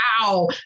wow